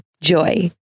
Joy